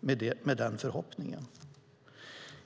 med denna förhoppning?